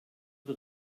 wie